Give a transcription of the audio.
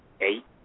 eight